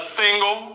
single